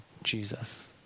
Jesus